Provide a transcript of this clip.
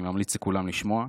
אני ממליץ לכולם לשמוע.